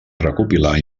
recopilar